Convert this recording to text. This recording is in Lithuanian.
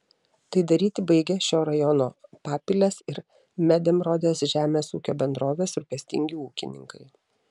tai daryti baigia šio rajono papilės ir medemrodės žemės ūkio bendrovės rūpestingi ūkininkai